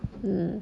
mm